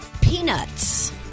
peanuts